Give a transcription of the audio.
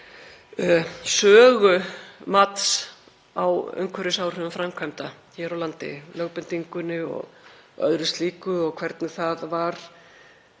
sögu mats á umhverfisáhrifum framkvæmda hér á landi, lögbindingunni og öðru slíku og hvernig það var